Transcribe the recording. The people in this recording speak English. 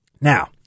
Now